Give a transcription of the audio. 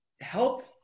help